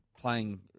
playing